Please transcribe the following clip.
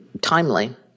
timely